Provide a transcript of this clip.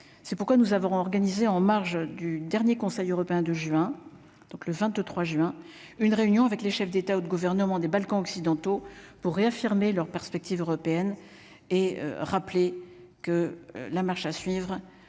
c'est pourquoi nous avons organisé en marge du dernier Conseil européen de juin, donc le 23 juin une réunion avec les chefs d'État ou de gouvernement des Balkans occidentaux pour réaffirmer leur perspective européenne et rappeler que la marche à suivre,